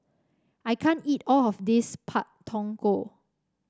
I can't eat all of this Pak Thong Ko